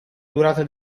durata